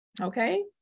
Okay